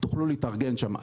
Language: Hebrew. תוכלו להתארגן שם.